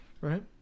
Right